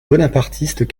bonapartistes